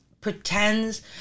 pretends